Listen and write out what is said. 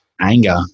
anger